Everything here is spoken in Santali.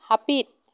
ᱦᱟᱹᱯᱤᱫ